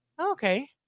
Okay